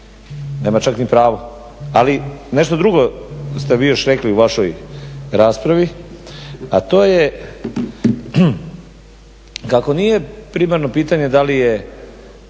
Nema čak ni pravo. Ali nešto drugo ste vi još rekli u vašoj raspravi, a to je kako nije primarno pitanje da li je